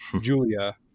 Julia